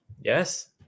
Yes